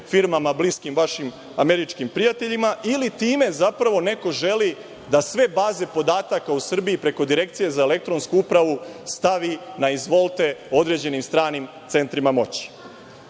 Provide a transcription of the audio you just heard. firmama bliskim vašim američkim prijateljima ili time zapravo neko želi da sve baze podataka u Srbiji preko Direkcije za elektronsku upravu stavi na izvolte određenim stranim centrima moći? Ono